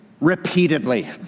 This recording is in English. repeatedly